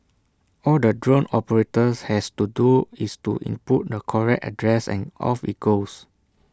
all the drone operator has to do is to input the correct address and off IT goes